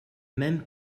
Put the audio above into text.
même